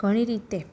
ઘણી રીતે